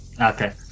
Okay